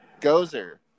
Gozer